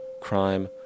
crime